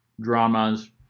dramas